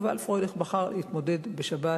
יובל פרייליך בחר להתמודד בשבת,